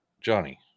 Johnny